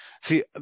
See